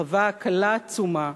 חווה הקלה עצומה,